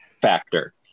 factor